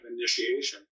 initiation